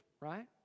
right